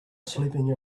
sleeping